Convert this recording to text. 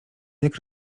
jak